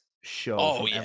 show